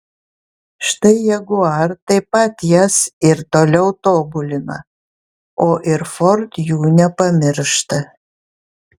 štai jaguar taip pat jas ir toliau tobulina o ir ford jų nepamiršta